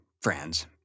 friends